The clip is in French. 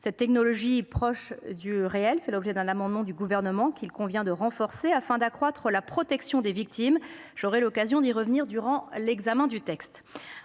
Cette technologie, proche du réel, fait l’objet d’un amendement du Gouvernement, qu’il convient de renforcer afin d’accroître la protection des victimes. J’aurai l’occasion d’y revenir durant l’examen du texte.